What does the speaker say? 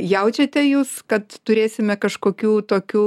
jaučiate jūs kad turėsime kažkokių tokių